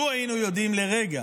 לו היינו יודעים לרגע